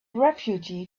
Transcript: refuge